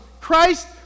Christ